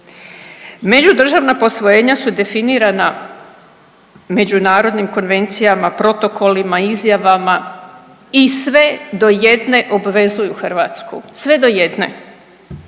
Međudržavna posvojenja su definirana međunarodnim konvencijama, protokolima, izjavama i sve do jedne obvezuju Hrvatsku, sve do jedne.